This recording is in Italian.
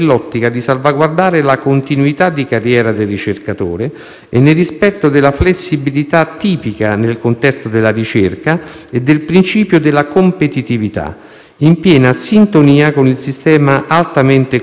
e nel rispetto della flessibilità tipica nel contesto della ricerca e del principio della competitività, in piena sintonia con il sistema altamente concorrenziale in cui agiscono gli enti di ricerca sanitaria.